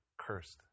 cursed